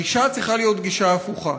הגישה צריכה להיות גישה הפוכה,